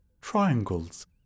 triangles